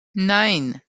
nine